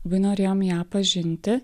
labai norėjom ją pažinti